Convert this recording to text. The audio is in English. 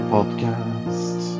Podcast